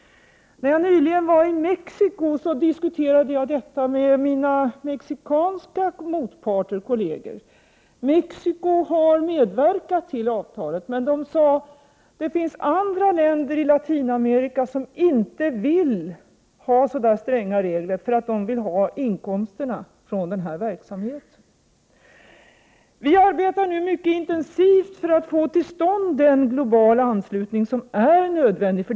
När jag nyligen var i Mexico diskuterade jag med mina mexikanska kolleger. Mexico har medverkat till FN-avtalet. Men mina kolleger upplyste mig om att det finns andra länder i Latinamerika som inte vill ha så stränga regler, därför att de vill ha inkomsterna från den här verksamheten. Vi arbetar nu mycket intensivt för att få till stånd den globala anslutning som är en nödvändighet.